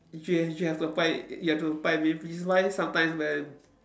you have you have to apply you have to apply with which is why sometimes when